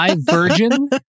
Virgin